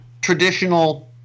traditional